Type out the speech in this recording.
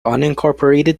unincorporated